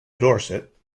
dorset